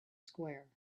square